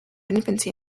infancy